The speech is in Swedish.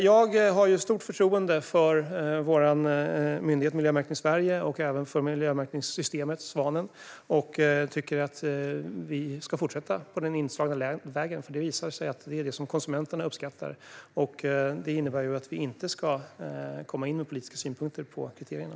Jag har stort förtroende för vår myndighet Miljömärkning Sverige AB och även för miljömärkningssystemet Svanen. Jag tycker att vi ska fortsätta på den inslagna vägen, för det visar sig att det är det som konsumenterna uppskattar. Det innebär att vi inte ska komma med politiska synpunkter på kriterierna.